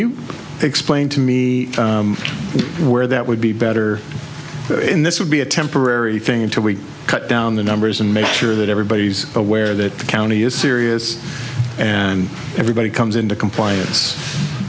you explain to me where that would be better in this would be a temporary thing until we cut down the numbers and make sure that everybody's aware that the county is serious and everybody comes into compliance